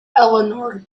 eleanor